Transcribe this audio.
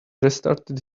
restarted